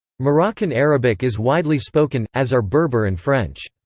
moroccan arabic is widely spoken, as are berber and french.